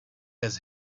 has